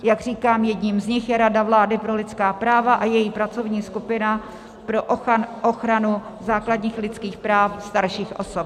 Jak říkám, jedním z nich je Rada vlády pro lidská práva a její pracovní skupina pro ochranu základních lidských práv starších osob.